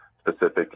specific